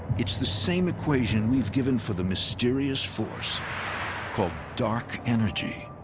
it's the same equation we've given for the mysterious force called dark energy.